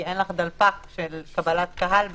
כי אין לך דלפק של קבלת קהל בתוכו.